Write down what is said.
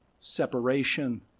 separation